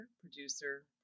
producer